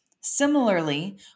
Similarly